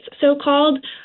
so-called